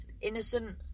Innocent